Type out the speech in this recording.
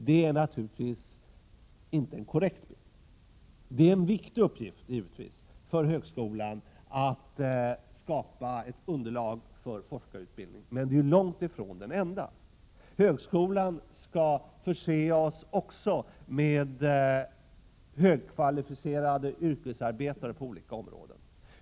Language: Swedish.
Det är naturligtvis inte en korrekt bild. Det är givetvis en viktig uppgift för högskolan att skapa ett underlag för forskarutbildning. Men detta är långt ifrån den enda uppgiften. Högskolan skall också förse oss med högkvalificerade yrkesarbetare på olika områden.